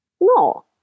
No